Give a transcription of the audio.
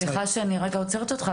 סליחה שאני רגע עוצרת אותך,